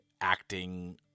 acting